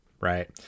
right